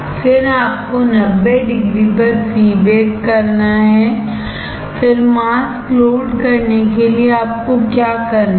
फिर आपको 90 डिग्री पर प्री बेक करना है फिर मास्क लोड करने के लिए आपको क्या करना है